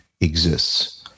exists